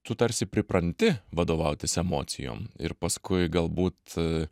tu tarsi pripranti vadovautis emocijom ir paskui galbūt